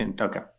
Okay